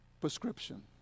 prescription